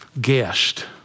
guest